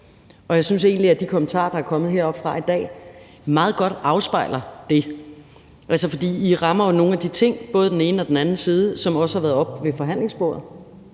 og jeg synes egentlig, at de kommentarer, der er kommet heroppefra i dag, meget godt afspejler det. For I rammer jo nogle af de ting – både den ene og den anden side – som også har været oppe ved forhandlingsbordet,